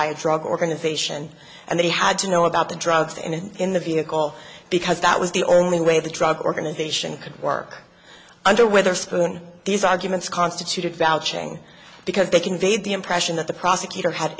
by a drug organization and they had to know about the drugs in the vehicle because that was the only way the drug organization could work under witherspoon these arguments constituted valid chain because they conveyed the impression that the prosecutor had